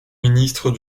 ministre